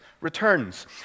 returns